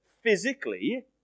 physically